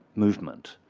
movement.